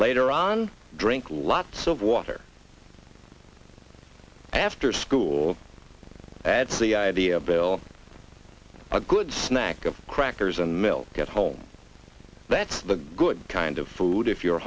later on drink lots of water after school adds the idea of bill a good snack of crackers and milk at home that's the good kind of food if you're